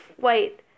wait